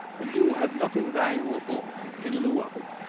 and you will have nothing valuable in lieu of it.